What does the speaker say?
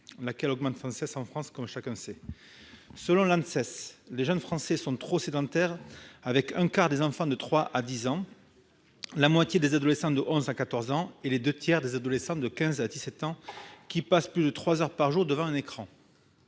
de l'alimentation, de l'environnement et du travail, l'Anses, les jeunes Français sont trop sédentaires, avec un quart des enfants de 3 à 10 ans, la moitié des adolescents de 11 à 14 ans et les deux tiers des adolescents de 15 à 17 ans qui passent plus de trois heures par jour devant un écran.